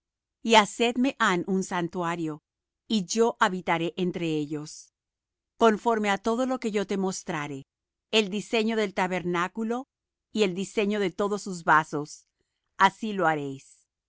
y hacerme han un santuario y yo habitaré entre ellos conforme á todo lo que yo te mostrare el diseño del tabernáculo y el diseño de todos sus vasos así lo haréis